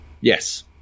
yes